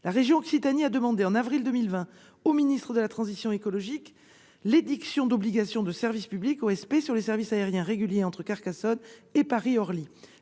la région Occitanie a demandé au ministre de la transition écologique l'édiction d'obligation de service public sur les services aériens réguliers entre Carcassonne et Paris-Orly.